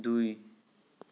দুই